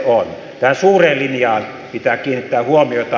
tähän suureen linjaan pitää kiinnittää huomiota